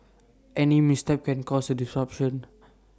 any misstep can cause A disruption